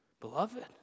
Beloved